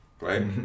Right